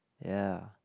ya